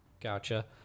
Gotcha